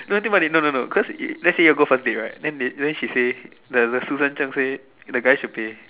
no think about it no no no cause let's say you all go for date right then they then she say the the Susan-Cheong say the guy should pay